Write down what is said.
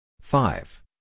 five